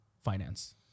finance